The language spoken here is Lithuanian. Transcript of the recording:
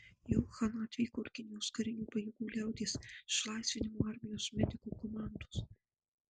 į uhaną atvyko ir kinijos karinių pajėgų liaudies išlaisvinimo armijos medikų komandos